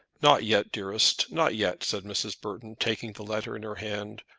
not yet, dearest not yet, said mrs. burton, taking the letter in her hand,